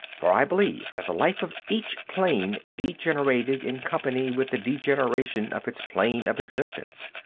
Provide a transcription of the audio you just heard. for i believed that the life of each plane degenerated in company with the degeneration of its plane of existence,